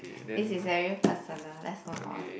this is very personal let's move on